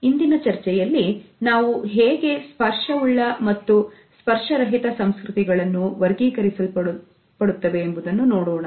ಇಂದಿನ ಚರ್ಚೆಯಲ್ಲಿ ನಾವು ಹೇಗೆ ಸ್ಪರ್ಶ ಉಳ್ಳ ಮತ್ತು ಸ್ಪರ್ಶ ರಹಿತ ಸಂಸ್ಕೃತಿಗಳನ್ನು ಹೇಗೆ ವರ್ಗೀಕರಿಸಲು ಪಡುತ್ತವೆ ಎಂಬುದನ್ನು ನೋಡೋಣ